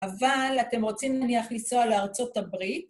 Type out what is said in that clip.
אבל אתם רוצים נניח לנסוע לארצות הברית